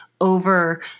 over